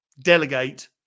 delegate